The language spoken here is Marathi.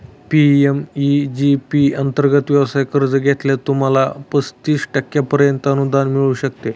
पी.एम.ई.जी पी अंतर्गत व्यवसाय कर्ज घेतल्यास, तुम्हाला पस्तीस टक्क्यांपर्यंत अनुदान मिळू शकते